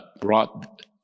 brought